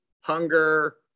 hunger